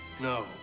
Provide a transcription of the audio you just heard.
No